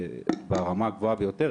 ברמה הגבוהה ביותר,